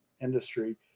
industry